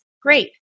Great